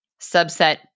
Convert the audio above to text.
Subset